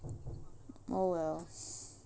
oh well